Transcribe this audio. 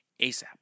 asap